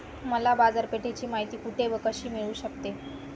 मला बाजारपेठेची माहिती कुठे व कशी मिळू शकते?